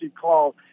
call